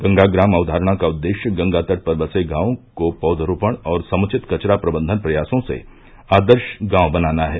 गंगा ग्राम अवधारणा का उद्देश्य गंगा तट पर बसे गांवों को पौधरोपण और समृचित कचरा प्रबंधन प्रयासों से आदर्श गांव बनाना है